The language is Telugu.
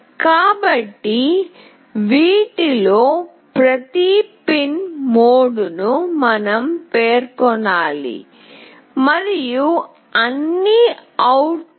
కాబట్టి వీటిలో ప్రతి పిన్ మోడ్ను మనం పేర్కొనాలి మరియు అన్నీ అవుట్పుట్